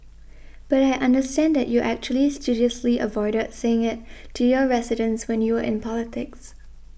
but I understand that you actually studiously avoided saying it to your residents when you were in politics